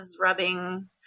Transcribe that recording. rubbing